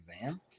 exam